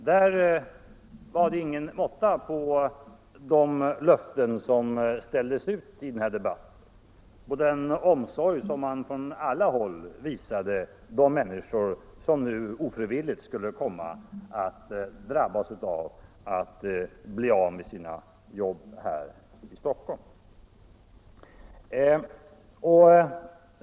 Där var det ingen måtta på de löften som gavs i debatten och den omsorg som från alla håll visades de människor som ofrivilligt skulle drabbas av att mista sina jobb i Stockholm.